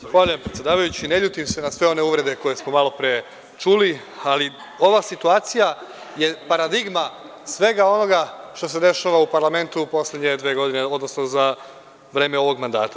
Zahvaljujem predsedavajući, ne ljutim se na sve one uvrede koje smo malo pre čuli, ali ova situacija je paradigma svega onoga što se dešava u parlamentu u poslednje dve godine, odnosno za vreme ovog mandata.